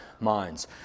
minds